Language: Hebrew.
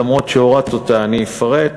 למרות שהורדת אני אפרט,